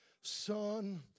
son